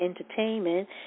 Entertainment